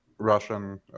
Russian